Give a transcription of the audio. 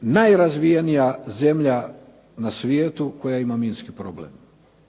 najrazvijenija zemlja na svijetu koja ima minski problem.